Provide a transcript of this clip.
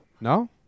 No